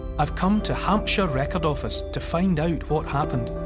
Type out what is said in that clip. i've come to hampshire record office to find out what happened.